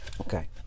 Okay